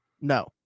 No